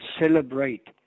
celebrate